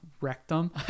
rectum